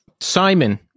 Simon